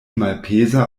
malpeza